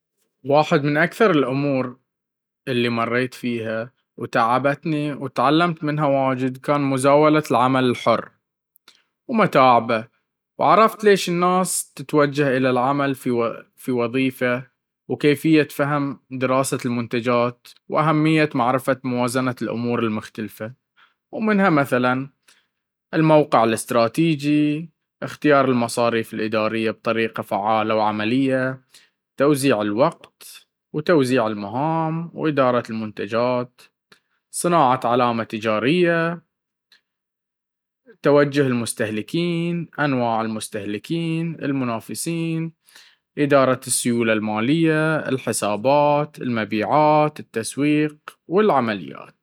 واحد من اكثر الأمور اللي مريت فيها وتعبتني وتعلمت منها واجد كان مزاولة العمل الحر, ومتاعبه وعرفت ليش الناس تتوجه الى العمل في وظيفة, وكيفية فهم دراسة المنتجات واهمية معرفة موازنة الأمور المختلفة, ومنها مثلا: الموقع الاستراتيجي اختيار المصاريف الإدارية بطريقة فعالة وعملية توزيع الوقت توزيع المهام إدارة المنتجات صناعة علامة تجارية توجه المستهلكين أنواع المستهلكين المنافسين إدارة السيولة المالية الحسابات المبيعات التسويق العمليات